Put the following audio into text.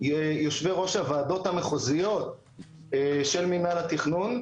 יושבי-ראש הוועדות המחוזיות של מנהל התכנון,